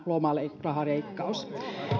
lomarahaleikkaus